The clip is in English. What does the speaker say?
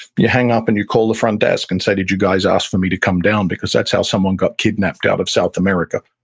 you hang up and you call the front desk and say, did you guys ask for me to come down, because that's how someone got kidnapped out of south america?